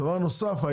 דבר נוסף,